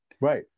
Right